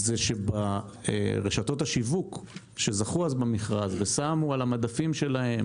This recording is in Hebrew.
זה שברשתות השיווק שזכו אז במכרז ושמו על המדפים שלהם